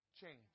change